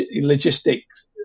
logistics